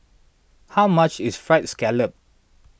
how much is Fried Scallop